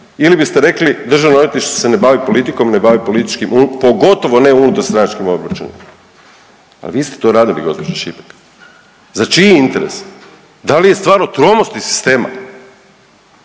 ili biste rekli, DORH se ne bavi politikom, ne bavi političkim, pogotovo ne unutarstranačkim obračunima. Al' vi ste to radili, gđo. Šipek, za čiji interes? Da li je stvar u tromosti sistema?